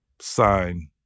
sign